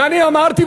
ואני אמרתי,